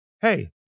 hey